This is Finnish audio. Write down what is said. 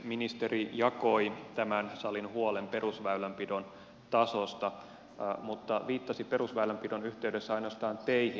ministeri jakoi tämän salin huolen perusväylänpidon tasosta mutta viittasi perusväylänpidon yhteydessä ainoastaan teihin